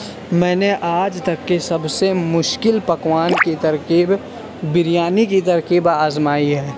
میں نے آج تک کے سب سے مشکل پکوان کی ترکیب بریانی کی ترکیب آزمائی ہے